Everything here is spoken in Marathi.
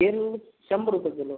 तेल शंभर रुपये किलो